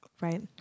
right